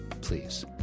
please